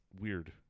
weird